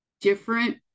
different